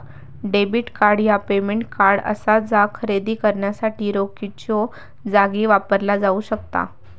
debit card ह्या payment card असा जा खरेदी करण्यासाठी रोखीच्यो जागी वापरला जाऊ शकता